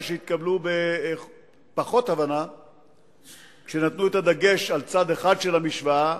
ופסיקות שהתקבלו בפחות הבנה כשנתנו את הדגש על צד אחד של המשוואה